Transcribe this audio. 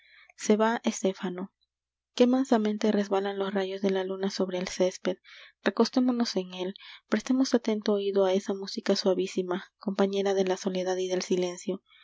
se va estéfano qué mansamente resbalan los rayos de la luna sobre el césped recostémonos en él prestemos atento oido á esa música suavísima compañera de la soledad y del silencio